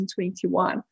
2021